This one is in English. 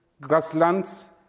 grasslands